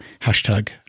hashtag